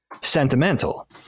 sentimental